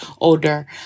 older